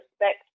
respect